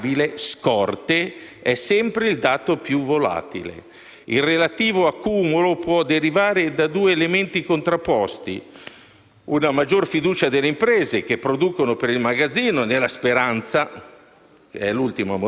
una maggior fiducia delle imprese che producono per il magazzino nella speranza (che è l'ultima a morire) che i consumi possano riprendere, oppure sono la risultante di una domanda cresciuta meno del previsto.